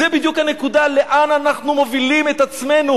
זה בדיוק הנקודה: לאן אנחנו מובילים את עצמנו